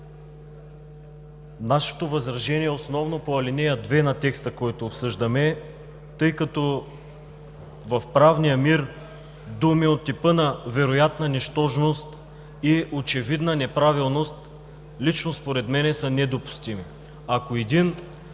Нашето възражение основно е по ал. 2 на текста, който обсъждаме, тъй като в правния мир изрази от типа на „вероятна нищожност“ и „очевидна неправилност“ според нас са недопустими.